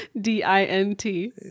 d-i-n-t